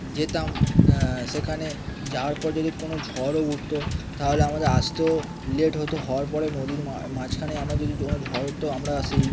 যেতাম সেখানে যাওয়ার পর যদি কোনও ঝড়ও উঠতো তাহলে আমাদের আসতেও লেট হতো হওয়ার পরে নদীর মা মাঝখানে আমরা যদি কোনও ঝড় উঠতো আমরা সেই